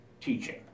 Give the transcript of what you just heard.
teaching